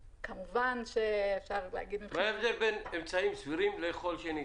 מה ההבדל בין המילים "אמצעים סבירים" למילים "כל שניתן"?